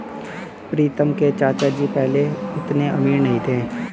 प्रीतम के चाचा जी पहले उतने अमीर नहीं थे